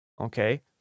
okay